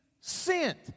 sent